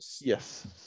Yes